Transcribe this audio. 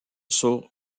sur